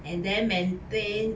and then maintain